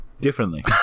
Differently